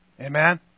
Amen